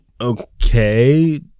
Okay